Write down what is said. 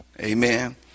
Amen